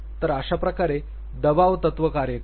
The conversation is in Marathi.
तर अशाप्रकारे दबाव तत्त्व कार्य करते